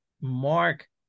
mark